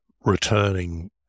returning